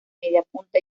mediapunta